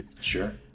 Sure